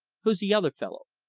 who's the other fellow?